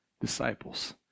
disciples